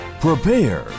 Prepare